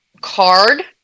card